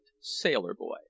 sailor-boy